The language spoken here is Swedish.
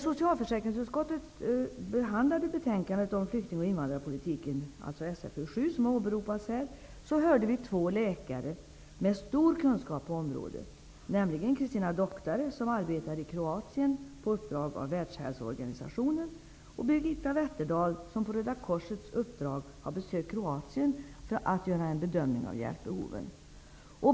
1992/93SfU7, hörde vi två läkare med stor kunskap på området, nämligen Christina Doctare, som arbetar i Kroatien på uppdrag av Världshälsoorganisationen, och Birgitta Wetterdal, som på Röda korsets uppdrag har besökt Kroatien för att göra en bedömning av hjälpbehoven.